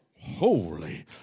holy